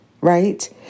right